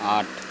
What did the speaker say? আট